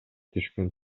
түшкөн